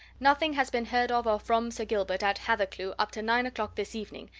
nothing has been heard of, or from, sir gilbert at hathercleugh up to nine o'clock this evening,